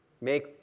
make